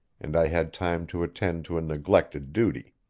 and i had time to attend to a neglected duty.